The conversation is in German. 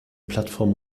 plattform